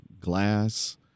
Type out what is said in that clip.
glass